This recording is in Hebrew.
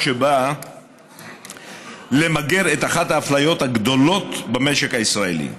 שבא למגר את אחת האפליות הגדולות במשק הישראלי.